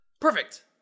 Perfect